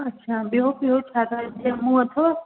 अछा ॿियो ॿियो छा छा ॼमूं अथव